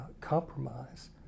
compromise